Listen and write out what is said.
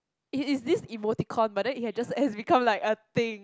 it is this emotion but then it has just it has become like a thing